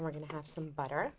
and we're going to have some butter